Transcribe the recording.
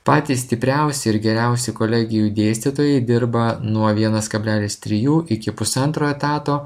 patys stipriausi ir geriausi kolegijų dėstytojai dirba nuo vienas kablelis trijų iki pusantro etato